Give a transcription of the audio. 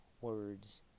words